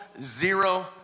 zero